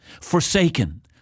forsaken